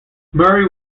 murray